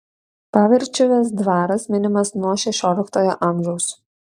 pavirčiuvės dvaras minimas nuo šešioliktojo amžiaus